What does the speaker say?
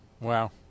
Wow